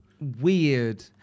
weird